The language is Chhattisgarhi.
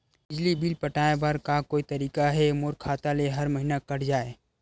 बिजली बिल पटाय बर का कोई तरीका हे मोर खाता ले हर महीना कट जाय?